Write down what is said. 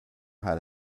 had